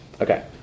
Okay